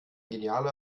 genialer